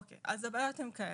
אוקי, אז הבעיות הן כאלה: